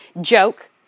joke